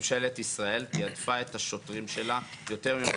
ממשלת ישראל תעדפה את השוטרים שלה יותר ממה